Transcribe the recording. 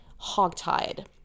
hogtied